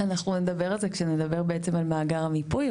אנחנו נדבר על זה כשנדבר בעצם על מאגר המיפוי.